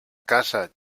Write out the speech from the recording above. casa